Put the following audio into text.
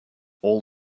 all